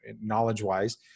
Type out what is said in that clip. knowledge-wise